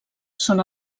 són